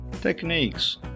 techniques